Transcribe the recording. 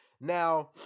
Now